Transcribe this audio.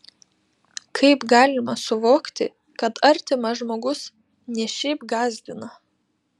kaip galima suvokti kad artimas žmogus ne šiaip gąsdina